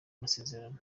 amasezerano